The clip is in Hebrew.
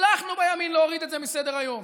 הצלחנו בימין להוריד את זה מסדר-היום.